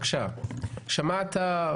שמעת,